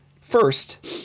first